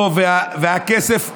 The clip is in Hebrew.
והכסף חוגג,